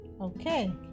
Okay